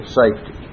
safety